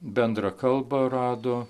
bendrą kalbą rado